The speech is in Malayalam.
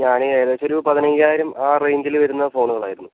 ഞാൻ ഏകദേശം ഒരു പതിനഞ്ചായിരം ആ റേഞ്ചിൽ വരുന്ന ഫോണ് വേണമായിരുന്നു